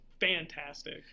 fantastic